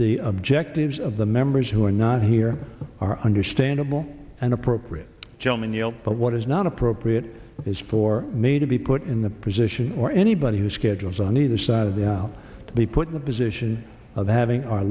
the objectives of the members who are not here are understandable and appropriate gentlemen you know but what is not appropriate is for me to be put in the position where anybody who schedules on either side of the now to be put in the position of having our